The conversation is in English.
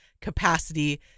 capacity